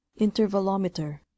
Intervalometer